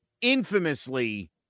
infamously